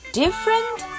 different